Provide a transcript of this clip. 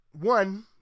one